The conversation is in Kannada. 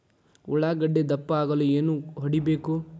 ಉಳ್ಳಾಗಡ್ಡೆ ದಪ್ಪ ಆಗಲು ಏನು ಹೊಡಿಬೇಕು?